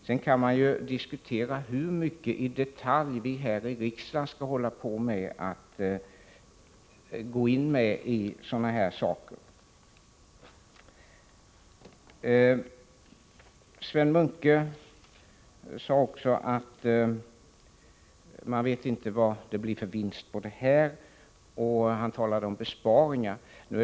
Sedan kan det diskuteras hur detaljerat riksdagen skall föreskriva vad som kan delegeras. Sven Munke sade att man inte vet vilka vinster en sådan delegationsrätt kan ge, och han talade om besparingar.